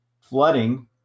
flooding